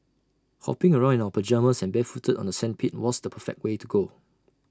hopping around in our pyjamas and barefooted on the sandpit was the perfect way to go